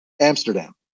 Amsterdam